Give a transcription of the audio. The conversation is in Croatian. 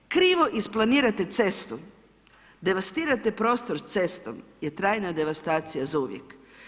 Krivo isplanirate cestu, devastirate prostor s cestom je trajna devastacija zauvijek.